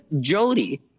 Jody